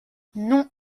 non